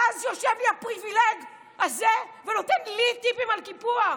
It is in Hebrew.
ואז יושב לי הפריבילג הזה ונותן לי טיפים על קיפוח.